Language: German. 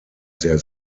sehr